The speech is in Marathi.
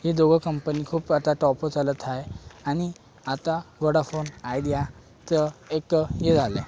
हे दोघं कंपनी खूप आता टॉपवर चालत आहे आणि आता वोडाफोन आयडियाचं एक हे झालं आहे